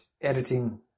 editing